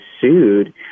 sued